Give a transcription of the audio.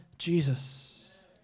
Jesus